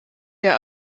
der